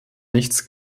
nichts